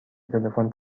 تلفن